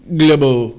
global